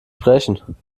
sprechen